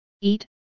eat